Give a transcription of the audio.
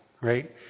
right